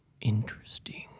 Interesting